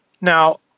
Now